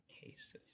cases